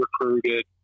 recruited